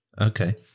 Okay